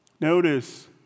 Notice